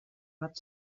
bat